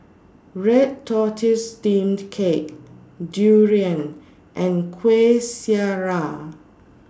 Red Tortoise Steamed Cake Durian and Kueh Syara